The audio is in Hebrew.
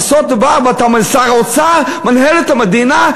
ואתה אומר: שר האוצר מנהל את המדינה.